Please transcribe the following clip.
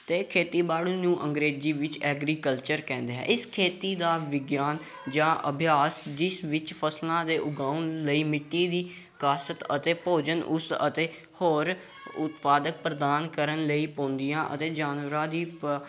ਅਤੇ ਖੇਤੀਬਾੜੀ ਨੂੰ ਅੰਗਰੇਜ਼ੀ ਵਿੱਚ ਐਗਰੀਕਲਚਰ ਕਹਿੰਦੇ ਹੈ ਇਸ ਖੇਤੀ ਦਾ ਵਿਗਿਆਨ ਜਾਂ ਅਭਿਆਸ ਜਿਸ ਵਿੱਚ ਫ਼ਸਲਾਂ ਦੇ ਉਗਾਉਣ ਲਈ ਮਿੱਟੀ ਵੀ ਕਾਸ਼ਤ ਅਤੇ ਭੋਜਨ ਉਸ ਅਤੇ ਹੋਰ ਉਤਪਾਦਕ ਪ੍ਰਦਾਨ ਕਰਨ ਲਈ ਪਾਉਂਦੀਆਂ ਅਤੇ ਜਾਨਵਰਾਂ ਦੀ ਪਾ